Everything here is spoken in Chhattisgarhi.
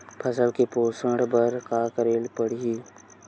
फसल के पोषण बर का करेला पढ़ही?